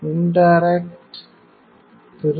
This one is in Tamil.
இன்டைரக்ட் திரு